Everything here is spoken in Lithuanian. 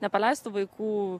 nepaleistų vaikų